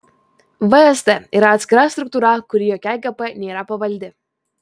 vsd yra atskira struktūra kuri jokiai gp nėra pavaldi